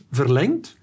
verlengd